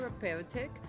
therapeutic